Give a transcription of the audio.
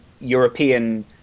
European